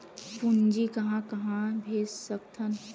पूंजी कहां कहा भेज सकथन?